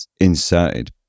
inserted